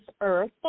earth